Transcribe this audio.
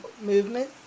movement